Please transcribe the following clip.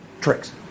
tricks